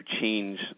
change